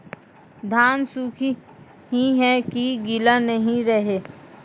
धान सुख ही है की गीला नहीं रहे?